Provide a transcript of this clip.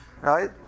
Right